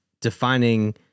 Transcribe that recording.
defining